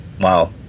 Wow